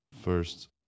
First